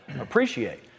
appreciate